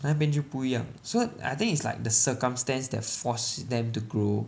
like 那边就不一样 so I think is like the circumstance that force them to grow